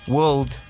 World